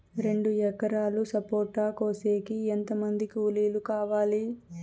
రెండు ఎకరాలు సపోట కోసేకి ఎంత మంది కూలీలు కావాలి?